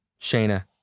Shayna